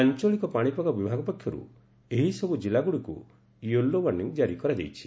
ଆଞଳିକ ପାଶିପାଗ ବିଭାଗ ପକ୍ଷରୁ ଏହିସବୁ ଜିଲ୍ଲାଗୁଡିକୁ ୟେଲୋ ୱାର୍ଖିଂ ଜାରି କରାଯାଇଛି